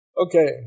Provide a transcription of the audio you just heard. Okay